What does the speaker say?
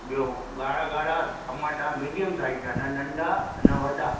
ॿियो ॻाढ़ा ॻाढ़ा टमाटा मीडियम साइज जा न नंढा न वॾा